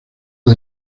del